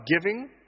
giving